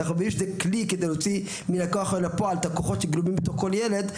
ככה שזה כלי להוציא מן הכוח אל הפועל את הכוחות שגלומים בתוך כל ילד.